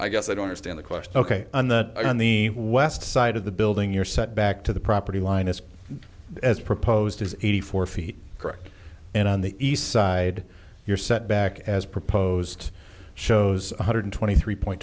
i guess i don't understand the question ok on the on the west side of the building you're set back to the property line is as proposed as eighty four feet correct and on the east side your setback as proposed shows one hundred twenty three point